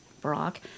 Brock